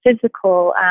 physical